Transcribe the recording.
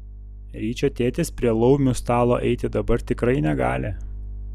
ryčio tėtis prie laumių stalo eiti dabar tikrai negali